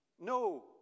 No